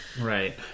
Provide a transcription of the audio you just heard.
Right